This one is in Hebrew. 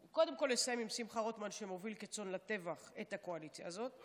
קודם כול אסיים עם שמחה רוטמן שמוביל כצאן לטבח את הקואליציה הזאת,